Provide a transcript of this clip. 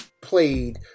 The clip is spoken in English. played